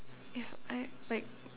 if I like